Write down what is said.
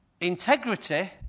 Integrity